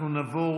מאוד.